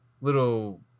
little